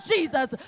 Jesus